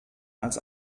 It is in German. als